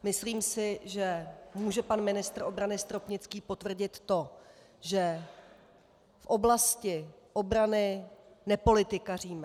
Myslím si, že pan ministr obrany Stropnický může potvrdit to, že v oblasti obrany nepolitikaříme.